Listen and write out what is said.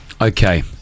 okay